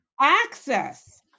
access